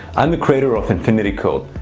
i'm the creator of infinity code,